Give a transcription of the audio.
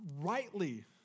rightly